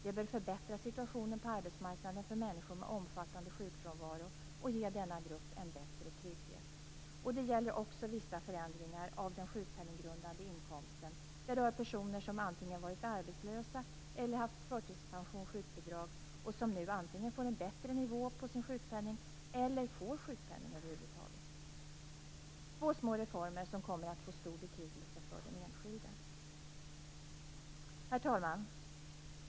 Det bör förbättra situationen på arbetsmarknaden för människor med omfattande sjukfrånvaro och ge denna grupp en bättre trygghet. Det gäller också vissa förändringar av den sjukpenninggrundande inkomsten. Det rör personer som antingen varit arbetslösa eller haft förtidspension eller sjukbidrag och som nu antingen får en bättre nivå på sin sjukpenning eller får sjukpenning över huvud taget. Detta var två små reformer som kommer att få stor betydelse för den enskilde. Herr talman!